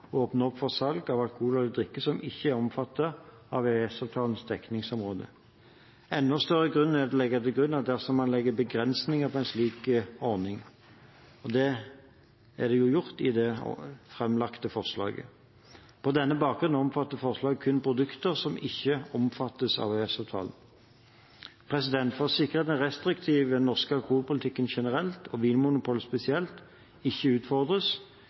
å åpne opp for salg av alkoholholdige drikker som ikke er omfattet av EØS-avtalens dekningsområde. Enda større grunn er det til å legge dette til grunn dersom man legger begrensninger på en slik ordning, og det er det jo gjort i det framlagte forslaget. På denne bakgrunn omfatter forslaget kun produkter som ikke er omfattet av EØS-avtalen. For å sikre at den restriktive norske alkoholpolitikken generelt og Vinmonopolet spesielt ikke utfordres,